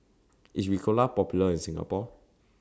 IS Ricola Popular in Singapore